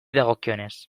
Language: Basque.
dagokienez